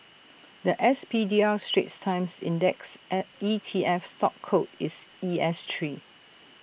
The S P D R straits times index A E T F stock code is E S Three